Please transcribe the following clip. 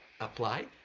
Apply